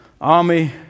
army